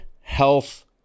health